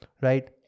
right